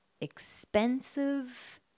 expensive